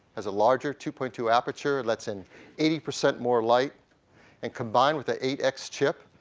has a larger two point two aperture, let's in eighty percent more light and combined with the eight x chip,